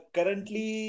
Currently